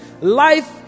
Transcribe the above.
Life